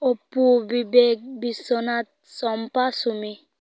ᱚᱯᱩ ᱵᱤᱵᱮᱠ ᱵᱤᱥᱥᱚᱱᱟᱛᱷ ᱥᱚᱢᱯᱟ ᱥᱩᱢᱤ